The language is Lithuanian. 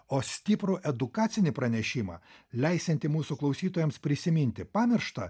o stiprų edukacinį pranešimą leisiantį mūsų klausytojams prisiminti pamirštą